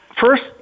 first